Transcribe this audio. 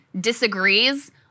disagrees